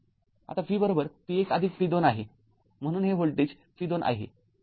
आता v v १ v२ आहे म्हणून हे व्होल्टेज v२ आहे